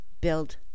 build